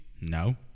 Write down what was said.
No